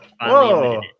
Whoa